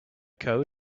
code